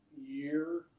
year